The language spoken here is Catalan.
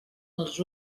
els